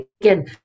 again